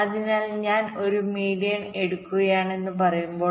അതിനാൽ ഞാൻ ഒരു മീഡിയൻ എടുക്കുകയാണെന്ന് പറയുമ്പോൾ